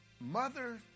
Mother